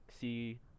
see